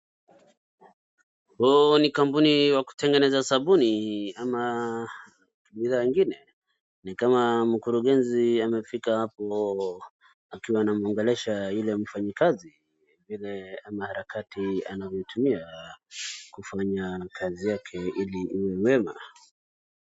Huu ni kampuni wa kutengeneza sabuni , ama bidhaa ingine .Ni kama mkurugenzi amefika apo ,akiwa anamuongelesha ule mfanyikazi vile ama harakati anamtulia kufanya kazi yake vyema.